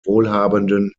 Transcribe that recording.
wohlhabenden